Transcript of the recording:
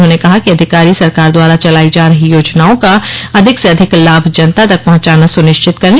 उन्होंने कहा कि अधिकारी सरकार द्वारा चलाई जा रही योजनाओं का अधिक से अधिक लाभ जनता तक पहुंचाना सुनिश्चित करें